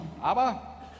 Aber